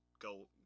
go